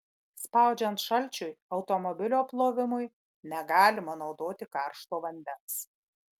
spaudžiant šalčiui automobilio plovimui negalima naudoti karšto vandens